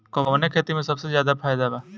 कवने खेती में सबसे ज्यादा फायदा बा?